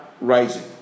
rising